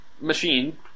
machine